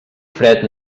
fred